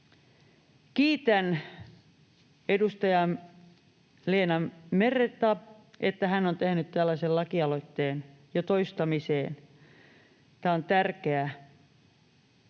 Kiitän edustaja Leena Merta, että hän on tehnyt tällaisen lakialoitteen jo toistamiseen. On tärkeää,